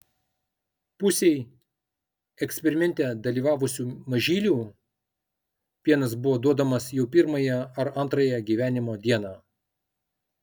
pusei eksperimente dalyvavusių mažylių pienas buvo duodamas jau pirmąją ar antrąją gyvenimo dieną